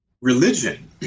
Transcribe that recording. religion